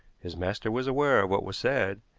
his master was aware of what was said,